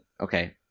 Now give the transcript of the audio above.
okay